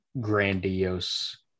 grandiose